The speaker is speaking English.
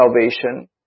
salvation